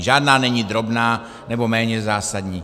Žádná není drobná nebo méně zásadní.